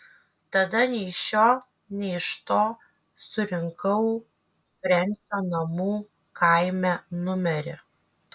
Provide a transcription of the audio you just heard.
tada nei iš šio nei iš to surinkau frensio namų kaime numerį